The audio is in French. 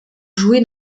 joué